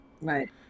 Right